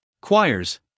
choirs